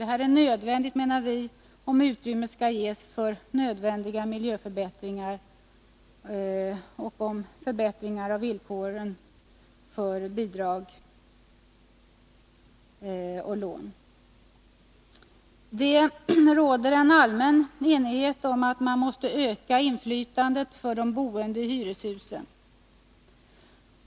Detta är enligt vår mening erforderligt, om utrymme skall ges för nödvändiga miljöförbättringar och förbättringar av villkoren för bidrag och lån. Allmän enighet råder om att ett ökat inflytande för de boende i hyreshusen måste åstadkommas.